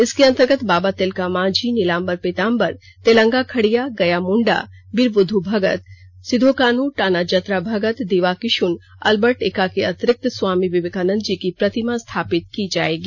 इसके अंर्तगत बाब तिलका मांझी नीलांबर पितांबर तेलंगा खड़िया गया मुण्डा बीर बुधु भगत सिद्दो कान्हु टाना जतरा भगत दिवा किशुन आल्बर्ट एक्का के अतिरिक्त स्वामी विवेकानंद जी की प्रतिमा स्थापित की जाएगी